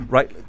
Right